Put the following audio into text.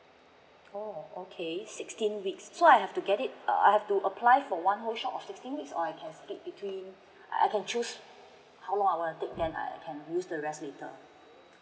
oh okay sixteen weeks so I have to get it uh I have to apply for one whole shot of sixteen weeks or I can pick between I can choose how long I want to take then I can use the rest later